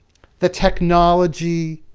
the technology,